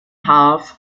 half